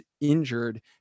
injured